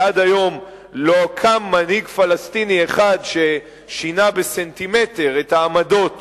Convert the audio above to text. ועד היום לא קם מנהיג פלסטיני אחד ששינה בסנטימטר את העמדות